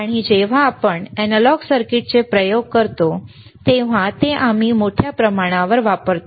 आणि जेव्हा आपण अॅनालॉग सर्किटचे प्रयोग करतो तेव्हा ते आम्ही मोठ्या प्रमाणावर वापरतो